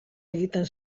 egiten